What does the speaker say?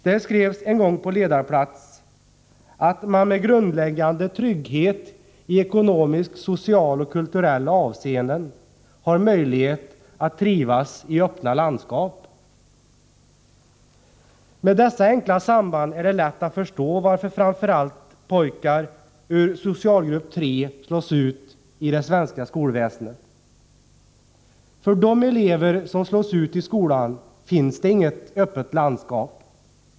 Där skrevs en gång på ledarplats att man med grundläggande trygghet i ekonomiska, sociala och kulturella avseenden har möjlighet att trivas i öppna landskap. Med dessa enkla samband är det lätt att förstå varför framför allt pojkar ur socialgrupp 3 slås ut i det svenska skolväsendet. För de elever som slås ut i skolan finns det inget öppet landskap.